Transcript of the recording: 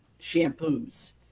shampoos